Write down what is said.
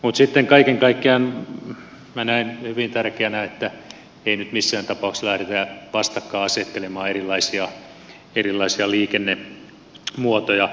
mutta kaiken kaikkiaan minä näen hyvin tärkeänä että ei nyt missään tapauksessa lähdetä vastakkain asettelemaan erilaisia liikennemuotoja